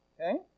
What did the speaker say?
okay